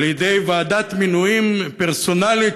על ידי ועדת מינויים פרסונלית,